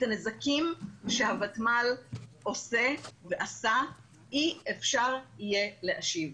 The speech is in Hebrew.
את הנזקים שהוותמ"ל עושה ועשה אי אפשר יהיה להשיב.